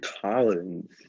Collins